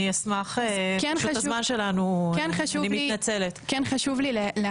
פשוט הזמן שלנו --- חשוב לי,